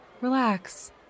Relax